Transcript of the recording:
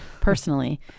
personally